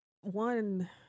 one